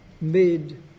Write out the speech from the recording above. made